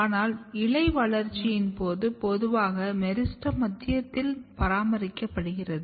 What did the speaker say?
ஆனால் இலை வளர்ச்சியின் போது பொதுவாக மெரிஸ்டெம் மையத்தில் பராமரிக்கப்படுகிறது